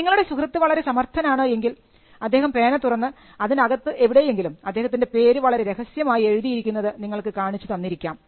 നിങ്ങളുടെ സുഹൃത്ത് വളരെ സമർത്ഥനാണ് എങ്കിൽ അദ്ദേഹം പേന തുറന്ന് അതിനികത്തു എവിടെയെങ്കിലും അദ്ദേഹത്തിൻറെ പേര് വളരെ രഹസ്യമായി എഴുതിയിരിക്കുന്നത് നിങ്ങൾക്ക് കാണിച്ചു തന്നിരിക്കാം